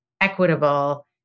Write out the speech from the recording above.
equitable